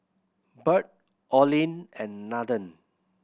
Bird Olin and Nathen